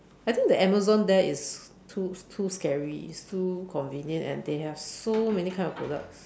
I think the Amazon there is too too scary it's too convenient and they have so many kind of products